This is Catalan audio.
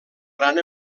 gran